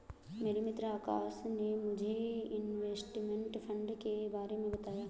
मेरे मित्र आकाश ने मुझे इनवेस्टमेंट फंड के बारे मे बताया